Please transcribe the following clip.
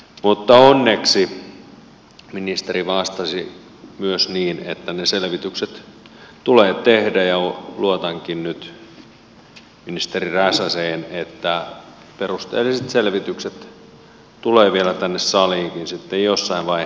mutta onneksi ministeri vastasi myös niin että ne selvitykset tulee tehdä ja luotankin nyt ministeri räsäseen että perusteelliset selvitykset tulevat vielä tänne saliinkin sitten jossain vaiheessa